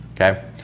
Okay